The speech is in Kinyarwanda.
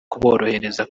kuborohereza